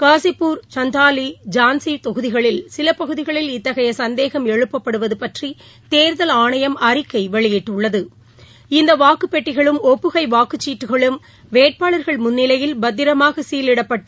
காஸிப்பூர் சந்த்தாலி ஜான்ஸி தொகுதிகளில் சில பகுதிகளில் இத்தகைய சந்தேகம் எழுப்பப்படுவது பற்றி தேர்தல் ஆணையம் அறிக்கை வெளியிட்டுள்ளது இந்த வாக்குப்பெட்டிகளும் ஒப்புகை வாக்குச்சீட்டுகளும் வேட்பாளர்கள் முன்னிலையில் பத்திரமாக சீலிடப்பட்டு